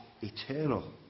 eternal